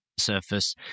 Surface